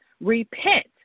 repent